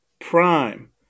Prime